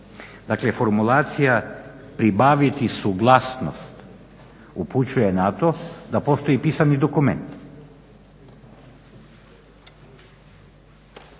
Dakle, formulacija pribaviti suglasnost upućuje na to da postoji pisani dokument.